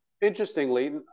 interestingly